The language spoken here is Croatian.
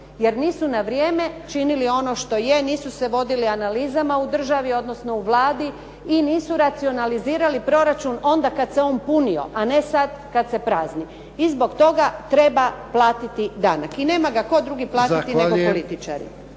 jer nisu na vrijeme činili ono što je, nisu se vodili analizama u državi odnosno u Vladi i nisu racionalizirali proračun onda kad se on punio a ne sad kad se prazni i zbog toga treba platiti danak i nema ga tko drugi platiti nego političari.